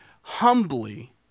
humbly